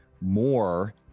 more